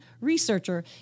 researcher